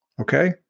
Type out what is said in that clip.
Okay